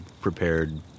prepared